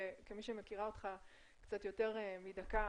וכמי שמכירה אותך קצת יותר מדקה,